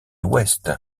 ouest